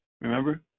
Remember